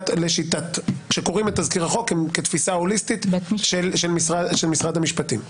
כשקוראים את תזכיר החוק כתפיסה הוליסטית של משרד המשפטים.